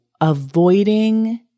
avoiding